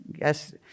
yes